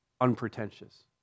unpretentious